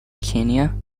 kenya